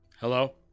Hello